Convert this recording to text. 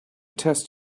test